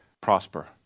prosper